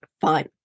fine